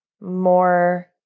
more